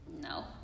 no